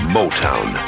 Motown